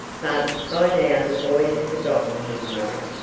but by now the boy had forgotten his mother.